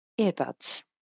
earbuds